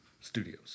studios